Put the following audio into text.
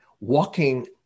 walking